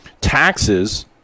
taxes